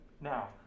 Now